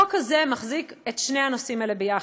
החוק הזה מחזיק את שני הנושאים האלה ביחד,